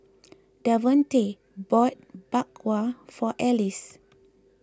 Davonte bought Bak Kwa for Alize